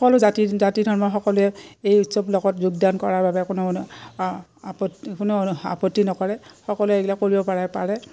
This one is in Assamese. সকলো জাতি জাতি ধৰ্ম সকলোৱে এই উৎসৱ লগত যোগদান কৰাৰ বাবে কোনো আপত কোনো আপত্তি নকৰে সকলোৱে এইবিলাক কৰিব পাৰে পাৰে